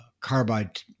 carbide